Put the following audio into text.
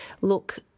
look